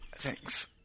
Thanks